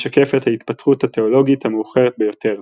משקף את ההתפתחות התאולוגית המאוחרת ביותר.